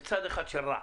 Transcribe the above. יש צד אחד שהוא רע